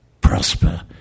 prosper